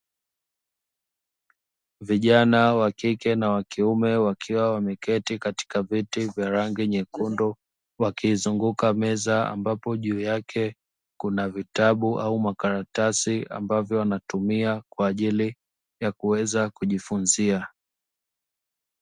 Vijana wa kike na wakiume wakiwa wameketi katika viti vya rangi nyekundu, wakizunguka meza ambapo juu yake kuna vitabu au makaratasi ,ambapo wanatumia kwaajili ya kuweza kujifunzia.